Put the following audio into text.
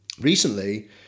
recently